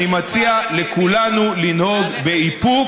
אני מציע לכולנו לנהוג באיפוק